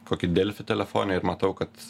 kokį delfi telefone ir matau kad